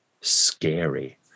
scary